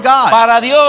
God